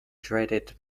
dreaded